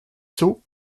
sceaux